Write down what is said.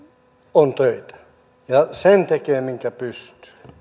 on töitä ja sen tekee minkä pystyy